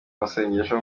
masengesho